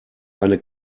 eine